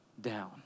down